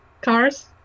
cars